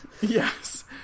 Yes